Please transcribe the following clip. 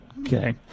Okay